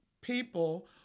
people